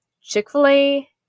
Chick-fil-A